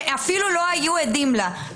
שאפילו לא היו עדים לה.